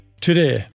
today